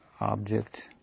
object